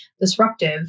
disruptive